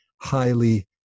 highly